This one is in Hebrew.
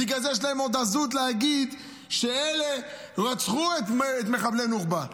בגלל זה יש להם עוד עזות להגיד שאלה רצחו את מחבלי נוח'בה.